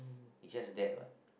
it's just that what